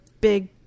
big